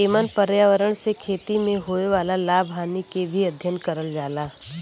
एमन पर्यावरण से खेती में होए वाला लाभ हानि के भी अध्ययन करल जाला